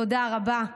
תודה רבה.